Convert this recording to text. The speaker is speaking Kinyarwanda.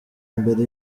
mbere